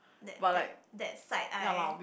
that that that side eye